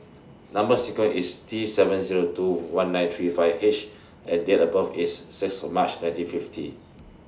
Number sequence IS T seven Zero two one nine three five H and Date of birth IS six of March nineteen fifty